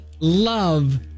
love